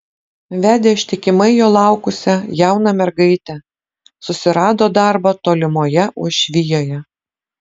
vedė ištikimai jo laukusią jauną mergaitę susirado darbą tolimoje uošvijoje